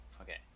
okay